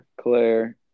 Claire